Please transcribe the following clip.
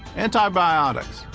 antibiotics,